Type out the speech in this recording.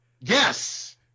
Yes